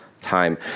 time